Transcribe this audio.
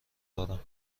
دارم